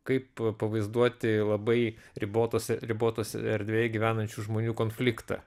kaip pavaizduoti labai ribotose ribotose erdvėje gyvenančių žmonių konfliktą